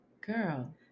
girl